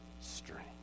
strength